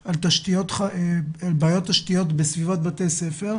על בעיית תשתיות בסביבת בתי ספר.